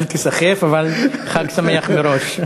אל תיסחף, אבל חג שמח מראש.